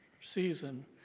season